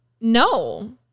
no